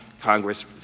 Congress